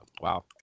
wow